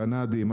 קנדיים,